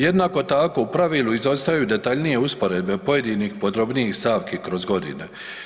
Jednako tako u pravilu izostaju detaljnije usporedbe pojedinih podrobnijih stavki kroz godine.